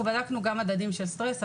אנחנו בדקנו גם מדדים של סטרס,